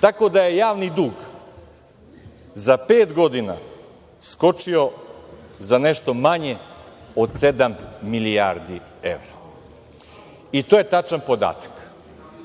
tako da je javni dug za pet godina skočio za nešto manje od sedam milijardi evra, i to je tačan podatak. Polako,